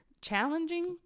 challenging